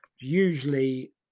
usually